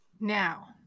now